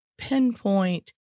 pinpoint